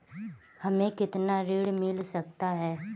हमें कितना ऋण मिल सकता है?